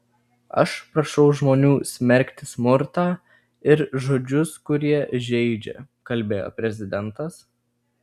aš prašau žmonių smerkti smurtą ir žodžius kurie žeidžia kalbėjo prezidentas